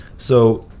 so